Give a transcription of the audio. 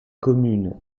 communes